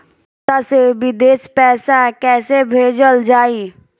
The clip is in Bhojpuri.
खाता से विदेश पैसा कैसे भेजल जाई?